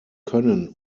können